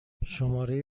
شماره